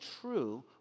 true